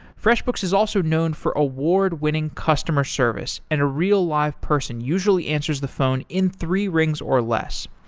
freshbooks is also known for award-winning customer service and a real live person usually answers the phone in three rings or less.